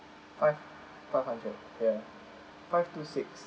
five five hundred ya five two six ya